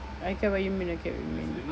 I get what you mean I get what you mean